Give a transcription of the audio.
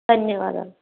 ధన్యవాదాలు